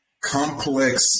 complex